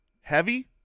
heavy